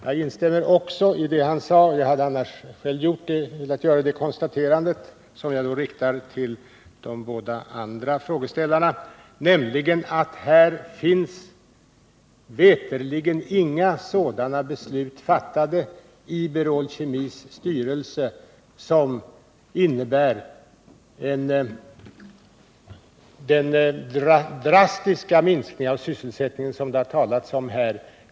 Jag instämmer vidare i hans uttalande — jag hade annars själv gjort samma konstaterande — att det här veterligen inte finns några beslut fattade i Berol Kemis styrelse som skulle innebära den drastiska minskning av sysselsättningen som det talats om.